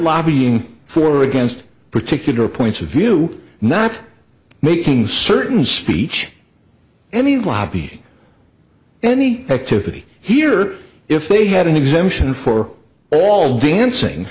lobbying for against particular points of view not making certain speech any lobbying any activity here if they had an exemption for all dancing